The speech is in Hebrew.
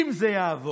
אם זה יעבור.